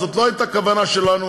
זו לא הייתה הכוונה שלנו.